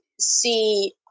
see